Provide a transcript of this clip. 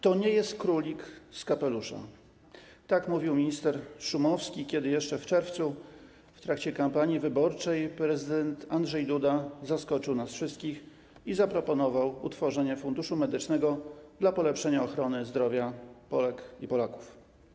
To nie jest królik z kapelusza - tak mówił minister Szumowski, kiedy jeszcze w czerwcu w trakcie kampanii wyborczej prezydent Andrzej Duda zaskoczył nas wszystkich i zaproponował utworzenie Funduszu Medycznego dla polepszenia ochrony zdrowia Polek i Polaków.